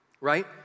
right